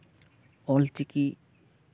Ol Chiki